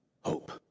hope